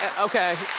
and okay.